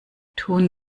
tun